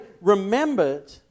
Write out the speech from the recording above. remembered